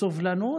בסובלנות.